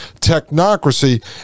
technocracy